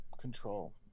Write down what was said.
control